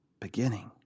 beginning